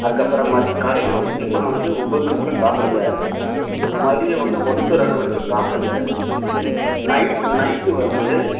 அதுக்கப்புறம் காலையில் வந்து டிஃபன் வந்து ஒரு ஒம்போது மணிக்குள்ள சாப்பிடுங்க மதியம் வந்து ஒன்று டு ரெண்டு மணிக்குள்ளே சாப்பிடுங்க நைட் நைட்டு வந்து